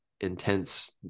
intense